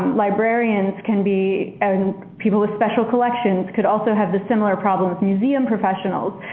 librarians can be and people with special collections could also have the similar problems, museum professionals,